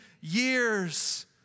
years